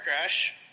crash